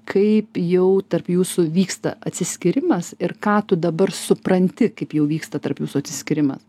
kaip jau tarp jūsų vyksta atsiskyrimas ir ką tu dabar supranti kaip jau vyksta tarp jūsų atsiskyrimas